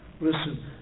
Listen